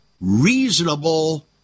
reasonable